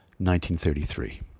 1933